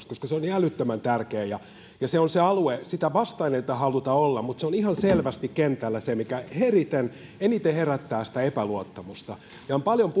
koska se on niin älyttömän tärkeä ja ja se on se alue sitä vastaan ei haluta olla mutta se on ihan selvästi kentällä se mikä eniten herättää epäluottamusta ja kun on paljon